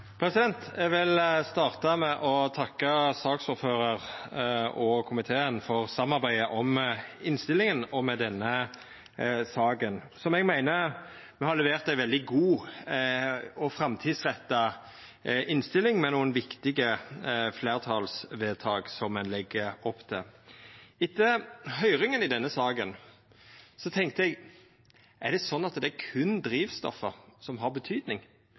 Eg vil starta med å takka saksordføraren og komiteen for samarbeidet om innstillinga i denne saka. Eg meiner me har levert ei veldig god og framtidsretta innstilling som legg opp til nokre viktige fleirtalsvedtak. Etter høyringa i denne saka tenkte eg: Er det sånn at det berre er drivstoffa som har